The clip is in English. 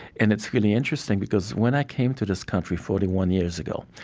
and it's really interesting because when i came to this country forty one years ago,